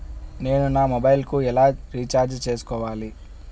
నేను నా మొబైల్కు ఎలా రీఛార్జ్ చేసుకోవాలి?